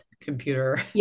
computer